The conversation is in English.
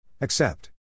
Accept